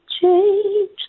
change